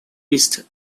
east